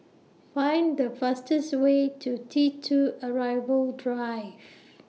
Find The fastest Way to T two Arrival Drive